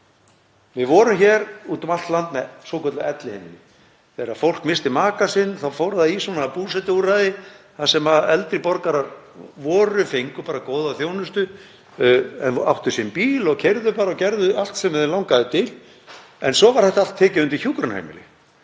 Við vorum hér út um allt land með svokölluð elliheimili. Þegar fólk missti maka sinn fór það í slík búsetuúrræði þar sem eldri borgarar voru, fengu góða þjónustu en áttu sinn bíl og keyrðu bara um og gerðu allt sem þá langaði til. En svo var þetta allt tekið undir hjúkrunarheimili.